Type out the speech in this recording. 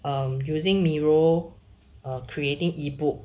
mm using miro or creating ebook